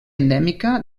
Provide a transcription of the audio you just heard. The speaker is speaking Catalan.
endèmica